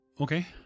Okay